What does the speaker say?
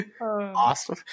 Awesome